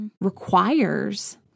requires